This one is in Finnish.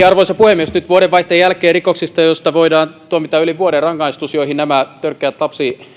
arvoisa puhemies nyt vuodenvaihteen jälkeen rikoksista joista voidaan tuomita yli vuoden rangaistus joihin nämä törkeät lapsien